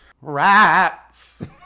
Rats